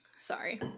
Sorry